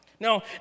Now